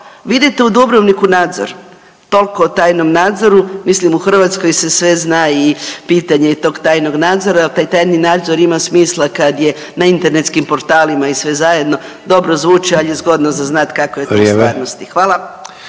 idete u Dubrovnik u nadzor. Toliko o tajnom nadzoru, mislim, u Hrvatskoj se sve zna i pitanje je tog tajnog nadzora, ali taj tajni nadzor ima smisla kad je na internetskim portalima i sve zajedno, dobro zvuči, ali je zgodno za znati kako je to u stvarnosti. Hvala.